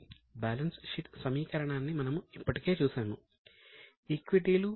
balance sheet సమీకరణాన్ని మనము ఇప్పటికే చూశాము ఈక్విటీలు